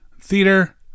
Theater